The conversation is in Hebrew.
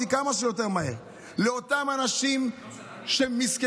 כמה שיותר מהר לאותם אנשים מסכנים,